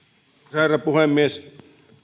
herra puhemies